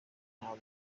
ntabwo